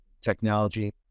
technology